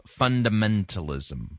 Fundamentalism